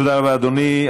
תודה רבה, אדוני.